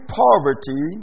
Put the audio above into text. poverty